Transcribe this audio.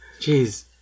Jeez